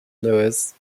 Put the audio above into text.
lures